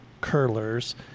curlers